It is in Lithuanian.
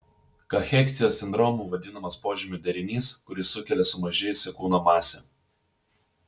kacheksijos sindromu vadinamas požymių derinys kurį sukelia sumažėjusi kūno masė